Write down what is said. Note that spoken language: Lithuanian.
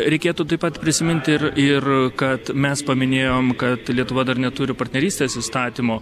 reikėtų taip pat prisiminti ir ir kad mes paminėjom kad lietuva dar neturi partnerystės įstatymo